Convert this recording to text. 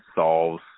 solves